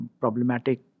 problematic